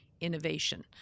innovation